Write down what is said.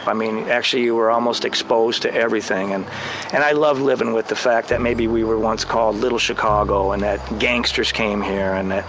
i mean actually you were almost exposed to everything and and i loved living with the fact that maybe we were once called little chicago and that gangsters came here and